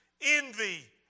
envy